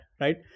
right